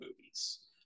movies